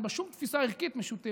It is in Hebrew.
אין בה שום תפיסה ערכית משותפת,